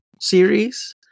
series